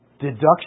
deduction